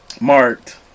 marked